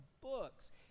books